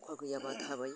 अखा गैयाब्ला थाबाय